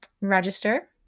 Register